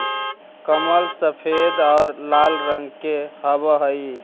कमल सफेद और लाल रंग के हवअ हई